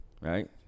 right